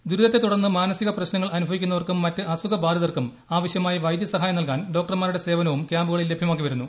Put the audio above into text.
ദുരിതത്തെ തുടർന്ന് മാനസിക പ്രശ്നങ്ങൾ അനുഭവിക്കുന്നവർക്കും മറ്റ് അസുഖ ബാധിതർക്കും ആവശ്യമായ വൈദ്യസഹായം നൽകാൻ ഡോക്ടർമാരുടെ സേവനവും ക്യാമ്പുകളിൽ ലഭ്യമാക്കി വരുന്നു